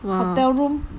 hotel room